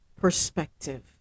perspective